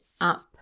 up